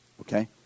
Okay